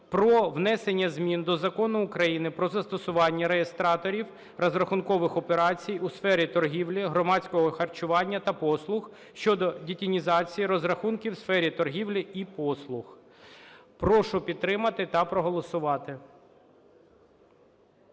про внесення змін до Закону України "Про застосування реєстраторів розрахункових операцій у сфері торгівлі, громадського харчування та послуг" щодо детінізації розрахунків в сфері торгівлі і послуг. Прошу підтримати та проголосувати.